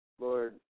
Lord